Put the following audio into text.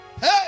hey